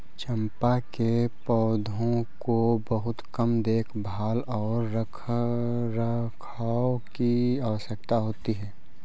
चम्पा के पौधों को बहुत कम देखभाल और रखरखाव की आवश्यकता होती है